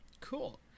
cool